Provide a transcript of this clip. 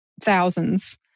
thousands